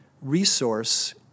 resource